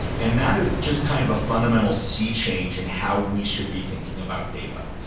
and that is just kind of a fundamental sea change in how we should be thinking about data.